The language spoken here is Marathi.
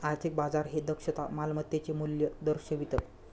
आर्थिक बाजार हे दक्षता मालमत्तेचे मूल्य दर्शवितं